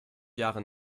jahre